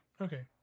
Okay